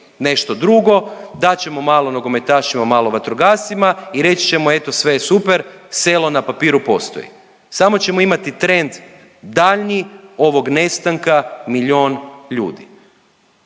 nešto drugo, dat ćemo malo nogometašima, malo vatrogascima i reći ćemo eto sve je super, selo na papiru postoji. Samo ćemo imati trend daljnji ovog nestanka milijon ljudi.